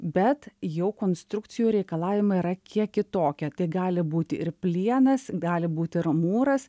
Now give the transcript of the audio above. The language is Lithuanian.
bet jau konstrukcijų reikalavimai yra kiek kitokie tai gali būti ir plienas gali būti ir mūras